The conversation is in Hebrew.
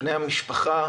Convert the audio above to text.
בני המשפחה,